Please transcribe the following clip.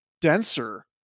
denser